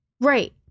Right